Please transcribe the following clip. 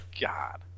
God